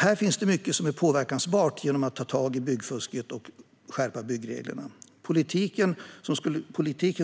Här finns det mycket som är påverkbart genom att man tar tag i byggfusket och skärper byggreglerna. Politiken